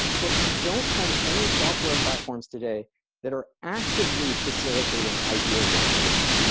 but we don't have any software platforms today that are actively facilitating idea generation.